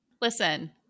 Listen